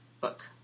book